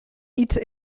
iets